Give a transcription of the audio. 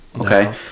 Okay